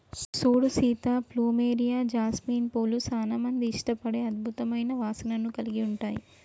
సూడు Sita plumeria, jasmine పూలు సానా మంది ఇష్టపడే అద్భుతమైన వాసనను కలిగి ఉంటాయి